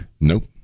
Nope